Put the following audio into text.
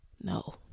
no